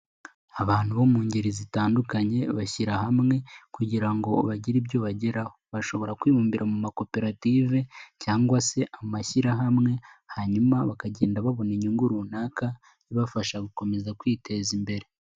Abantu bo mu ngeri zitandukanye bashyira hamwe kugira ngo bagire ibyo bageraho bashobora kwibumbira mu makoperative cyangwa se amashyirahamwe hanyuma bakagenda babona inyungu runaka ibafasha gukomeza kwiteza imbere.